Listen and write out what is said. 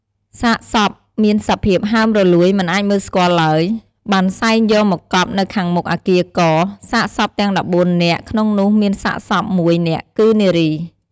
សាកសពមានសភាពហើមរលួយមិនអាចមើលស្គាល់ឡើយ បានសែងយកមកកប់នៅខាងមុខ អគារ "ក" សាកសពទាំង១៤នាក់ ក្នុងនោះមានសាកសព១នាក់គឺនារី។